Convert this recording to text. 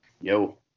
Yo